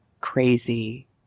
crazy